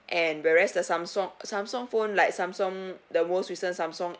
and whereas the samsung samsung phone like samsung the most recent samsung